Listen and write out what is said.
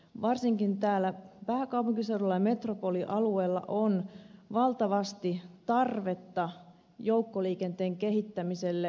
varsinkin täällä pääkaupunkiseudulla ja metropolialueella on valtavasti tarvetta joukkoliikenteen kehittämiselle